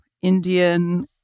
Indian